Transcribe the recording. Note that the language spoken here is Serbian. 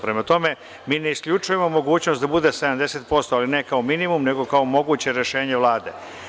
Prema tome, ne isključujemo mogućnost da bude 70%, ali ne kao minimum, već kao moguće rešenje Vlade.